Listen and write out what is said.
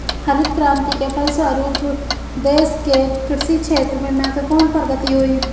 हरित क्रान्ति के फलस्व रूप देश के कृषि क्षेत्र में महत्वपूर्ण प्रगति हुई